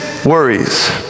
worries